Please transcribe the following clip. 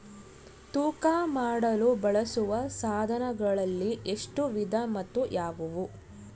ತೂಕ ಮಾಡಲು ಬಳಸುವ ಸಾಧನಗಳಲ್ಲಿ ಎಷ್ಟು ವಿಧ ಮತ್ತು ಯಾವುವು?